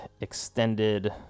extended